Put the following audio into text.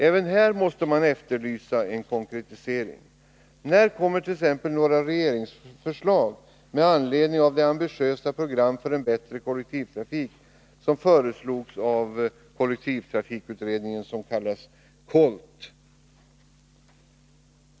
Även här måste man efterlysa en konkretisering. När kommer t.ex. några regeringsförslag med anledning av det ambitiösa program för en bättre kollektivtrafik som föreslogs av kollektivtrafikutredningen, som kallas KOLT?